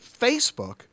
Facebook